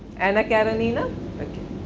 anna karenina ok.